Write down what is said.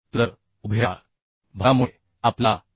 तर उभ्या भारामुळे आपल्याला 527